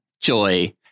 JOY